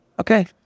Okay